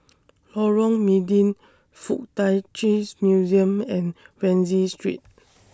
Lorong Mydin Fuk Tak Chi's Museum and Rienzi Street